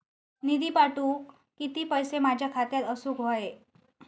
निधी पाठवुक किती पैशे माझ्या खात्यात असुक व्हाये?